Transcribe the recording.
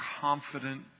confident